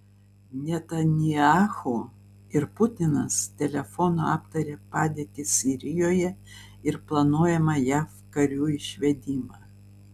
netanyahu ir putinas telefonu aptarė padėtį sirijoje ir planuojamą jav karių išvedimą